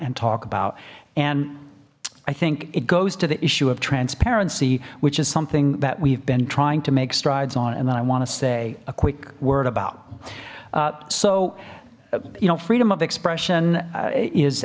and talk about and i think it goes to the issue of transparency which is something that we've been trying to make strides on and then i want to say a quick word about so you know freedom of expression is